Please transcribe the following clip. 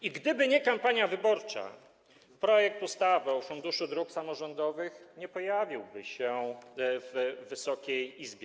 I gdyby nie kampania wyborcza, to projekt ustawy o Funduszu Dróg Samorządowych nie pojawiłby się w Wysokiej Izbie.